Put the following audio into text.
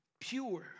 pure